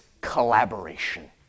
Collaboration